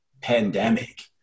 pandemic